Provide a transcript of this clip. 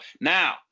Now